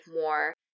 more